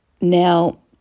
Now